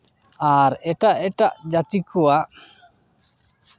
ᱟᱨ ᱮᱴᱟᱜ ᱮᱴᱟᱜ ᱡᱟᱹᱛᱤ ᱠᱚᱣᱟᱜ